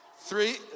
three